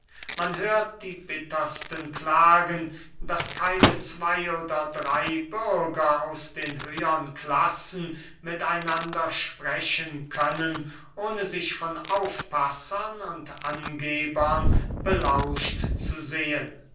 man hört die bittersten klagen daß keine zwey oder drey bürger aus den höhern klassen mit einander sprechen können ohne sich von aufpassern und angebern belauscht zu sehen